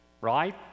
right